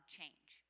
change